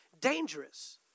dangerous